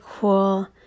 cool